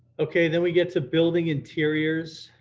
okay, then we get to building interiors.